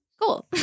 cool